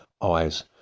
eyes